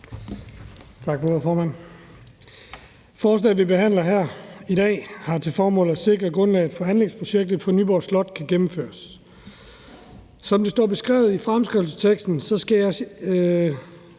Tak for ordet, formand. Forslaget, vi behandler her i dag, har til formål at sikre grundlaget for, at anlægsprojektet på Nyborg Slot kan gennemføres. Der står beskrevet i bemærkningerne til det